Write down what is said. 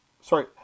sorry